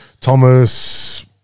Thomas